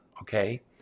Okay